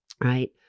right